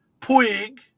Puig